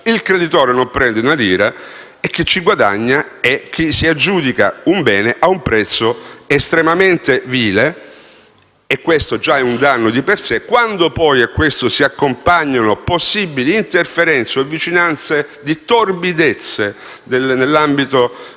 il creditore non prende un euro e chi ci guadagna è chi si aggiudica un bene a un prezzo estremamente vile, e questo è già un danno di per sé. Quando, poi, a questo si accompagnano possibili interferenze o vicinanze di torbidezze nell'ambito sociale